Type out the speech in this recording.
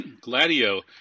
Gladio